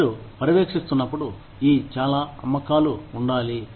మీరు పర్యవేక్షిస్తున్నప్పుడు ఈ చాలా అమ్మకాలు ఉండాలి